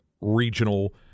regional